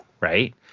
right